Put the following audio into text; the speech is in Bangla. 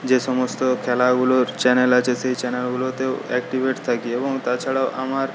যে সমস্ত খেলাগুলোর চ্যানেল আছে সেই চ্যানেলগুলোতেও অ্যাক্টিভেট থাকি এবং তাছাড়াও আমার